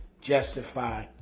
justify